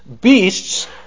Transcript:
beasts